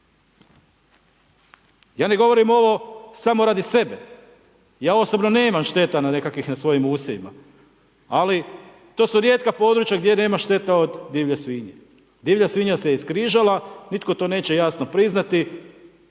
Ja ne govorim ovo samo radi sebe, ja osobno nemam šteta nekakvih na svojim usjevima ali to su rijetka područja gdje nema šteta od divlje svinje. Divlja svinja se iskrižala, nitko to neće jasno priznati